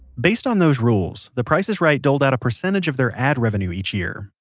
based on those rules, the price is right doled out a percentage of their ad revenue each year.